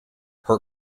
her